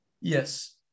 Yes